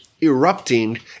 erupting